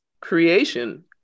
creation